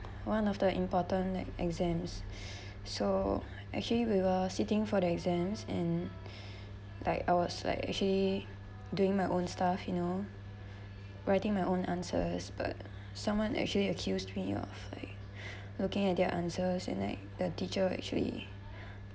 one of the important like exams so actually we were sitting for the exams and like ours like actually doing my own stuff you know writing my own answers but someone actually accused me of like looking at their answers and like the teacher uh actually